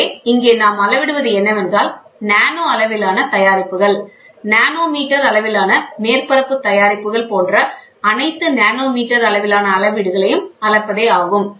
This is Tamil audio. எனவே இங்கே நாம் அளவிடுவது என்னவென்றால் நானோ அளவிலான தயாரிப்புகள் நானோமீட்டர் அளவிலான மேற்பரப்பு தயாரிப்புகள் போன்ற அனைத்து நானோ மீட்டர் அளவிலான அளவீடுகளை அளப்பதே ஆகும்